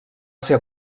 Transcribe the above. ser